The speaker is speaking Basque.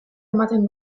ematen